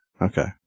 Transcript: Okay